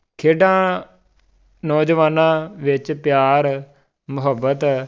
ਖੇਡਾਂ ਨੌਜਵਾਨਾਂ ਵਿੱਚ ਪਿਆਰ ਮੁਹੱਬਤ